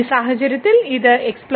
ഈ സാഹചര്യത്തിൽ ഇത് Δx y